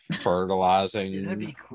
fertilizing